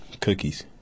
cookies